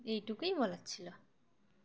এইটুকুই বলার ছিল